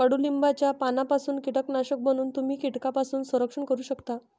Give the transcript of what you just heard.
कडुलिंबाच्या पानांपासून कीटकनाशक बनवून तुम्ही कीटकांपासून संरक्षण करू शकता